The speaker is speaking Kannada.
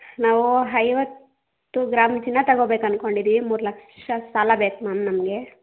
ನಾವು ಐವತ್ತು ಗ್ರಾಮ್ ಚಿನ್ನ ತೊಗೊಬೇಕು ಅಂದ್ಕೊಂಡಿದ್ದೀವಿ ಮೂರು ಲಕ್ಷ ಸಾಲ ಬೇಕು ಮ್ಯಾಮ್ ನಮಗೆ